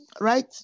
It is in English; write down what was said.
Right